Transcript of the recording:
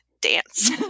dance